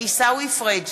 עיסאווי פריג'